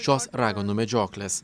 šios raganų medžioklės